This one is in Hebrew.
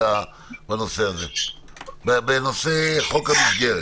בנושא חוק המסגרת,